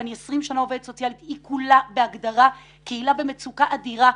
ואני 20 שנים עובדת סוציאלית - בהגדרה קהילה במצוקה אדירה,